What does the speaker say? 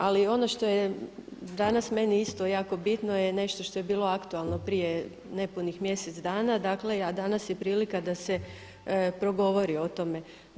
Ali ono što je danas meni isto jako bitno je nešto što je bilo aktualno prije nepunih mjesec dana, dakle a danas je prilika da se progovori o tome.